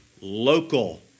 local